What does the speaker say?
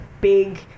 big